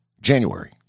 January